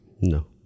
No